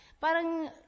parang